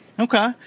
Okay